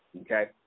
Okay